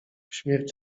śmierć